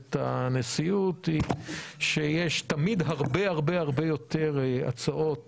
עומדת הנשיאות היא שיש תמיד הרבה הרבה יותר הצעות